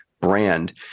brand